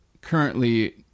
currently